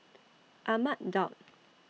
Ahmad Daud